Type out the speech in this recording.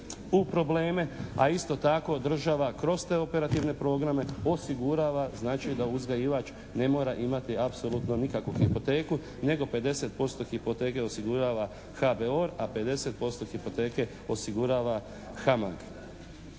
u probleme a isto tako država kroz te operativne programe osigurava znači da uzgajivač ne mora imati apsolutno nikakvu hipoteku nego 50% hipoteke osigurava HBOR a 50% hipoteke osigurava HAMA.